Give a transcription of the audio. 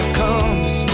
comes